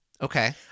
Okay